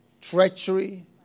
treachery